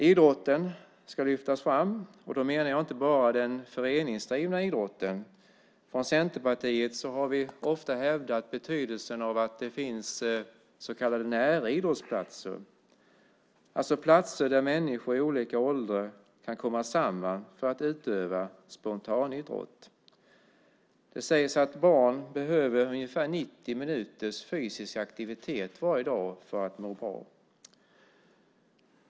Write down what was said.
Idrotten ska lyftas fram. Då menar jag inte bara den föreningsdrivna idrotten. Från Centerpartiet har vi ofta hävdat betydelsen av att det finns så kallade näridrottsplatser, alltså platser där människor i olika åldrar kan komma samman för att utöva spontanidrott. Det sägs att barn behöver ungefär 90 minuters fysisk aktivitet varje dag för att må bra.